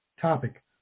Topic